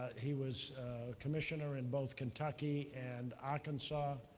he was commissioner in both kentucky and arkansas.